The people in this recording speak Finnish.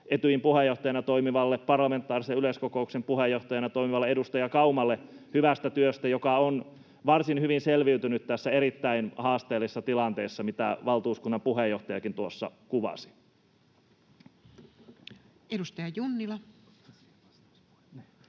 työstä Etyjin parlamentaarisen yleiskokouksen puheenjohtajana toimivalle edustaja Kaumalle, joka on varsin hyvin selviytynyt tässä erittäin haasteellisessa tilanteessa, mitä valtuuskunnan puheenjohtajakin tuossa kuvasi. [Speech 114]